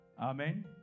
amen